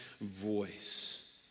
voice